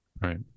Right